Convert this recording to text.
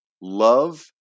love